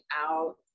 out